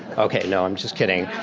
okay, no, i'm just kidding.